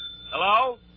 Hello